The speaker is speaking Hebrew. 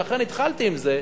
ולכן התחלתי עם זה,